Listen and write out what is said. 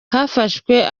hafashwe